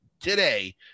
today